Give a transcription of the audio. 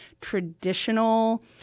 traditional